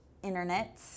internet